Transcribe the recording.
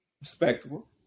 Respectable